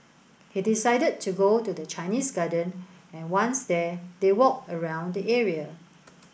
he decided to go to the Chinese Garden and once there they walked around the area